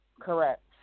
Correct